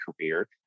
career